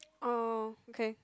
oh okay